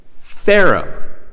Pharaoh